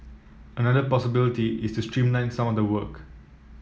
another possibility is to streamline some of the work